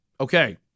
Okay